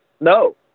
No